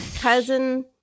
cousin